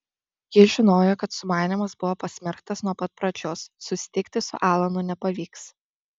ji žinojo kad sumanymas buvo pasmerktas nuo pat pradžios susitikti su alanu nepavyks